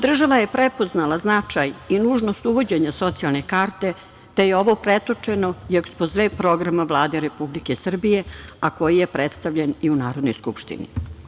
Država je prepoznala značaj i nužnost uvođenja socijalne karte, te je ovo pretočeni u ekspoze programa Vlade Republike Srbije, a koji je predstavljen i u Narodnoj skupštini.